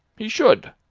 he should!